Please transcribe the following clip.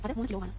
അത് 3 കിലോΩ ആണ്